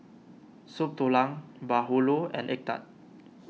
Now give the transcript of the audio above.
Soup Tulang Bahulu and Egg Tart